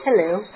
Hello